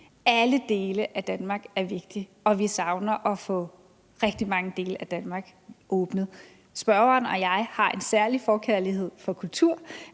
Alle dele af Danmark er vigtige, og vi savner at få rigtig mange dele af Danmark åbnet. Spørgeren og jeg har en særlig forkærlighed for kulturdelen,